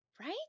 right